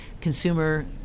consumer